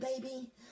baby